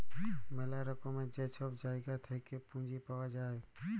ম্যালা রকমের যে ছব জায়গা থ্যাইকে পুঁজি পাউয়া যায়